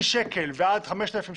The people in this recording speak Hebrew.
משקל ועד 5,000,